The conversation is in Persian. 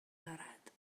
دارد